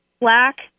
black